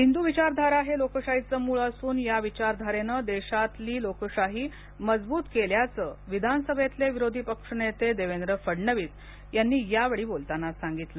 हिंदू विचारधारा हे लोकशाहीचं मूळ असून या विचारधारेनं देशातली लोकशाही मजबूत केल्याचं विधानसभेतले विरोधी पक्षनेते देवेंद्र फडणवीस यांनी या प्रसंगी बोलताना सांगितलं